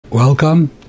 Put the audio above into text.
Welcome